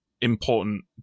important